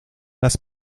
das